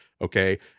Okay